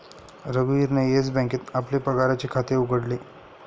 रघुवीरने येस बँकेत आपले पगाराचे खाते उघडले